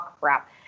crap